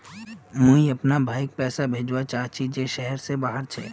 मुई अपना भाईक पैसा भेजवा चहची जहें शहर से बहार छे